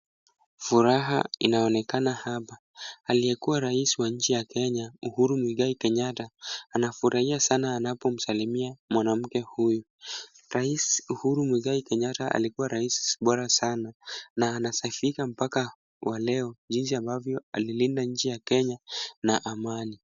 Furaha inaonekana hapa. Aliyekuwa Rais wa nchi ya Kenya Uhuru Muigai Kenyatta anafurahia sana anapomsalimia mwanamke huyu. Rais Uhuru Muigai Kenyatta alikuwa Rais bora sana na anasifika mpaka wa leo jinsi ambavyo alilinda nchi ya Kenya na amani.